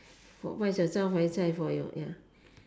what is your 招牌菜 for your ya